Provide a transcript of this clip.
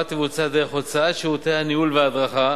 תבוצע דרך הוצאת שירותי הניהול וההדרכה